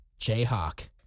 Jayhawk